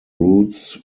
routes